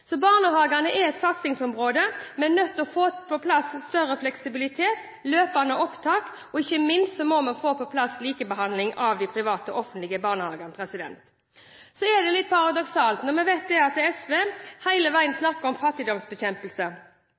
Barnehagene er et satsingsområde. Vi er nødt til å få på plass større fleksibilitet, løpende opptak, og ikke minst må vi få på plass likebehandling av de private og de offentlige barnehagene. Det er litt paradoksalt at SV hele tiden snakker om fattigdomsbekjempelse,